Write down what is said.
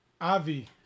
Avi